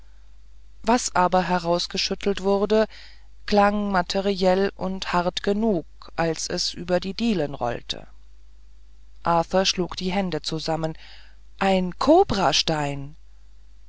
was aber herausgeschüttelt wurde klang materiell und hart genug als es über die dielen rollte arthur schlug die hände zusammen ein